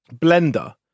blender